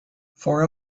for